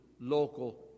local